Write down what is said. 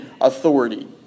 authority